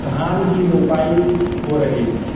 धान की रोपाई हो रही है